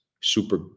Super